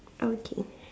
okay